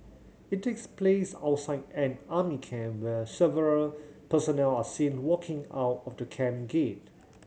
it takes place outside an army camp where several personnel are seen walking out of the camp gate